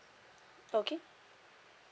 okay